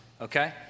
Okay